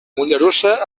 mollerussa